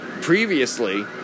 previously